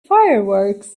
fireworks